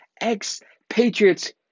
ex-Patriots